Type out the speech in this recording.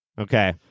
Okay